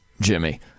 Jimmy